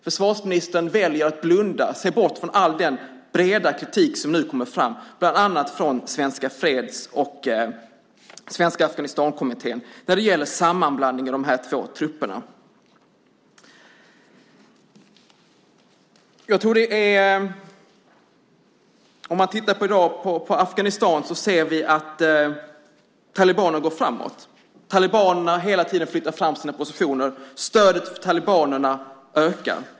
Försvarsministern väljer att blunda och se bort från all den breda kritik som kommer fram, bland annat från Svenska Freds och skiljedomsföreningen och Svenska Afghanistankommittén, när det gäller sammanblandningen av dessa två trupper. Tittar vi på Afghanistan i dag ser vi att talibanerna går framåt. De har hela tiden flyttat fram sina positioner. Stödet för talibanerna ökar.